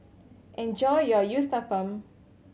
enjoy your Uthapam